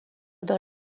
dans